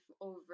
over